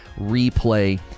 replay